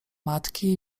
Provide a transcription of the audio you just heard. matki